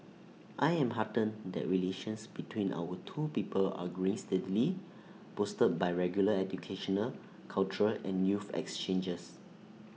I am heartened that relations between our two people are growing steadily bolstered by regular educational cultural and youth exchanges